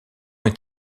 est